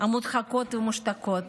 מודחקות ומושתקות.